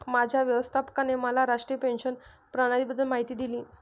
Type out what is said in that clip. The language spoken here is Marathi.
माझ्या व्यवस्थापकाने मला राष्ट्रीय पेन्शन प्रणालीबद्दल माहिती दिली